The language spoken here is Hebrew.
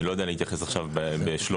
אני לא יודע להתייחס עכשיו בשלוף.